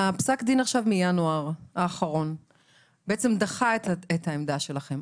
פסק הדין מינואר האחרון בעצם דחה את העמדה שלכם.